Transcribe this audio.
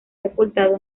sepultado